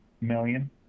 million